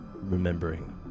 remembering